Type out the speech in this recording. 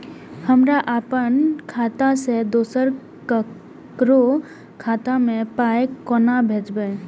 हमरा आपन खाता से दोसर ककरो खाता मे पाय कोना भेजबै?